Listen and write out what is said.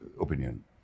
opinion